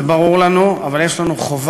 זה ברור לנו, אבל יש לנו חובה,